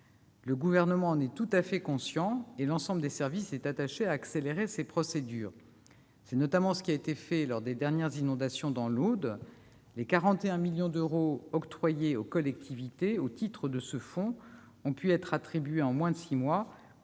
Le Gouvernement en est tout à fait conscient, et l'ensemble des services s'attache à accélérer les procédures. C'est notamment ce qui a été fait après les dernières inondations dans l'Aude : les 41 millions d'euros octroyés aux collectivités au titre du fonds ont pu être attribués en moins de six mois,